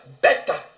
better